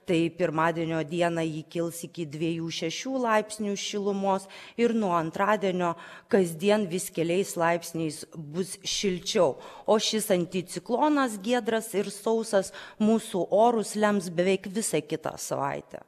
tai pirmadienio dieną ji kils iki dviejų šešių laipsnių šilumos ir nuo antradienio kasdien vis keliais laipsniais bus šilčiau o šis anticiklonas giedras ir sausas mūsų orus lems beveik visą kitą savaitę